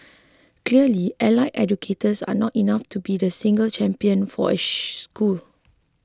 clearly allied educators are not enough to be the single champion for school